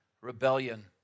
rebellion